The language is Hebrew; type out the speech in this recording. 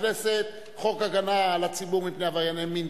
ביממה כדי להגן על הציבור מפני עברייני מין.